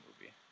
movie